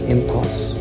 Impulse